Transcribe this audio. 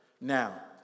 now